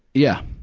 yeah.